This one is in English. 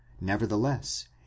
nevertheless